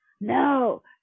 no